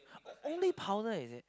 only powder is it